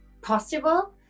possible